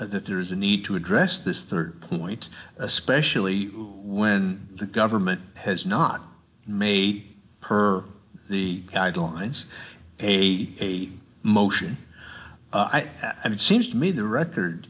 that there is a need to address this rd point especially when the government has not made per the guidelines a motion i mean seems to me the record